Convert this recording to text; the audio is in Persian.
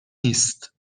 نیست